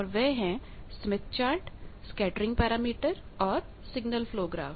और वह है स्मिथ चार्ट स्कैटरिंग पैरामीटर और सिग्नल फ्लो ग्राफ